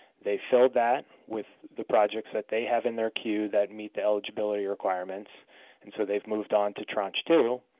they filled that with the projects that they have in their queue that meet the eligibility requirements and so they've moved on to tranche two.